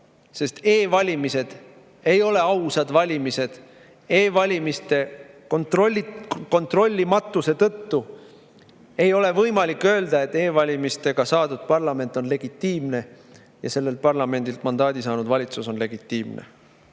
sest e‑valimised ei ole ausad valimised. E‑valimiste kontrollimatuse tõttu ei ole võimalik öelda, et e‑valimiste [alusel moodustatud] parlament on legitiimne ja sellelt parlamendilt mandaadi saanud valitsus on legitiimne.